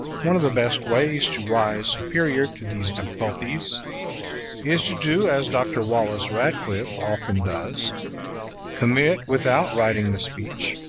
one of the best ways to rise superior to these difficulties is to do as dr. wallace radcliffe often does commit without writing the speech,